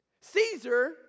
Caesar